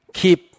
keep